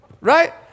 right